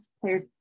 players